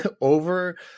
over